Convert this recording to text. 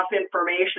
information